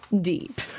Deep